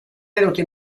venuto